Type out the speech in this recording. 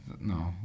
No